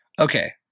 Okay